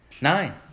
Nine